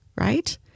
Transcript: right